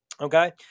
okay